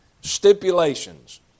Stipulations